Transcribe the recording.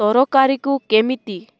ତରକାରୀକୁ କେମିତି